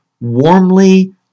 warmly